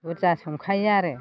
बुरजा संखायो आरो